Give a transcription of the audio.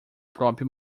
próprio